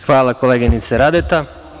Hvala, koleginice Radeta.